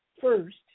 first